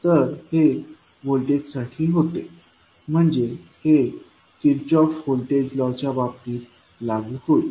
तर हे व्होल्टेजसाठी होते म्हणजे हे किर्चहॉफ व्होल्टेज लॉ च्या बाबतीत लागू होईल